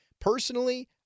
Personally